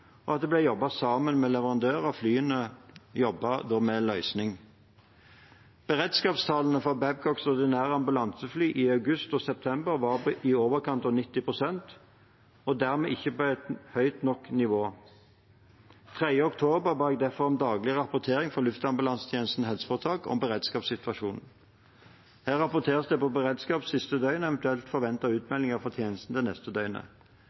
og at det ble jobbet sammen med leverandør av flyene med løsninger. Beredskapstallene for Babcocks ordinære ambulansefly i august og september var på i overkant av 90 pst. og dermed ennå ikke på et høyt nok nivå. Den 3. oktober ba jeg derfor om en daglig rapportering fra Luftambulansetjenesten HF om beredskapssituasjonen. Her rapporteres det på beredskapen siste døgn og eventuelle forventede utmeldinger fra tjenesten det neste døgnet.